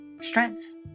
strengths